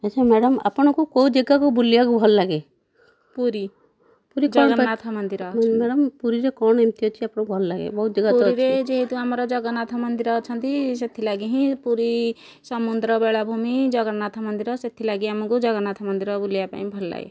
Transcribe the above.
ଆଛା ମ୍ୟାଡ଼ାମ୍ ଆପଣଙ୍କୁ କେଉଁ ଯାଗାକୁ ବୁଲିବାକୁ ଭଲଲାଗେ ପୁରୀ ପୁରୀ ଜଗନ୍ନାଥ ମନ୍ଦିର ମ୍ୟାଡ଼ାମ୍ ପୁରୀରେ କ'ଣ ଏମିତି ଅଛି ଆପଣଙ୍କୁ ଭଲଲାଗେ ପୁରୀରେ ଯେହେତୁ ଆମର ଜଗନ୍ନାଥ ମନ୍ଦିର ଅଛନ୍ତି ସେଥିଲାଗି ହିଁ ପୁରୀ ସମୁଦ୍ର ବେଳାଭୂମି ଜଗନ୍ନାଥ ମନ୍ଦିର ସେଥିଲାଗି ଆମକୁ ଜଗନ୍ନାଥ ମନ୍ଦିର ବୁଲିବାକୁ ଭଲଲାଗେ